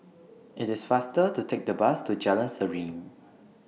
IT IS faster to Take The Bus to Jalan Serene